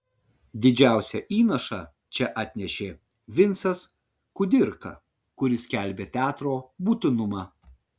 didžiausią įnašą čia atnešė vincas kudirka kuris skelbė teatro būtinumą